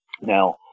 Now